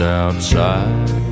outside